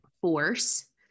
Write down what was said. force